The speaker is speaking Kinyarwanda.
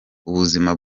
ubuzima